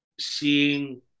seeing